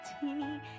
teeny